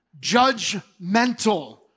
judgmental